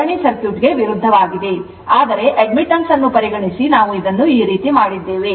ಸರಣಿಗೆ ವಿರುದ್ಧವಾಗಿದೆ ಆದರೆ admittance ಅನ್ನು ಪರಿಗಣಿಸಿ ನಾವು ಇದನ್ನು ಈ ರೀತಿ ಮಾಡಿದ್ದೇವೆ